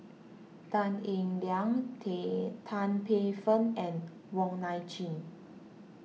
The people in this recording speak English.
Tan Eng Liang tea Tan Paey Fern and Wong Nai Chin